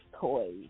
toys